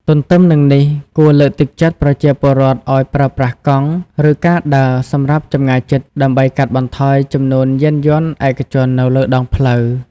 ទន្ទឹមនឹងនេះ គួរលើកទឹកចិត្តប្រជាពលរដ្ឋឱ្យប្រើប្រាស់កង់ ឬការដើរសម្រាប់ចម្ងាយជិត ដើម្បីកាត់បន្ថយចំនួនយានយន្តឯកជននៅលើដងផ្លូវ។